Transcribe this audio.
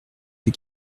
ces